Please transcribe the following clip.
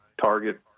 target